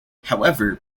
however